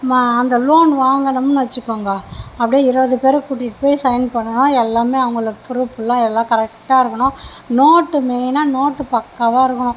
அந்த லோன் வாங்கினோம்னு வெச்சுக்கோங்க அப்படியே இருபது பேரையும் கூட்டிட்டு போய் சைன் பண்ணணும் எல்லாமே அவங்களுக்கு ப்ரூஃப்லாம் எல்லாம் கரெக்டாக இருக்கணும் நோட்டு மெயினாக நோட்டு பக்காவாக இருக்கணும்